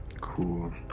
Cool